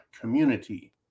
community